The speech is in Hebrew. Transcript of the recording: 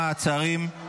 מעצרים).